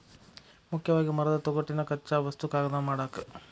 ಮುಖ್ಯವಾಗಿ ಮರದ ತೊಗಟಿನ ಕಚ್ಚಾ ವಸ್ತು ಕಾಗದಾ ಮಾಡಾಕ